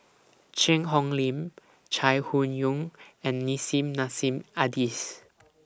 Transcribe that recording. Cheang Hong Lim Chai Hon Yoong and Nissim Nassim Adis